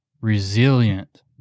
resilient